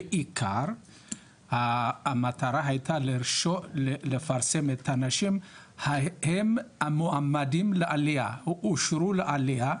בעיקר המטרה הייתה לפרסם את האנשים המועמדים לעלייה שאושרו לעלייה,